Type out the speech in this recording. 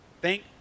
Thank